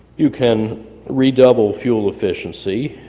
you can redouble fuel efficiency,